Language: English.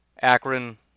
Akron